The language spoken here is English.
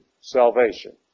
salvation